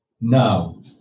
now